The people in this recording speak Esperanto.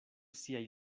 siaj